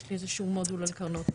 יש לי איזשהו מודל על קרנות עושר.